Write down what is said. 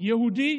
יהודי